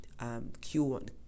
Q1